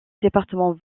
département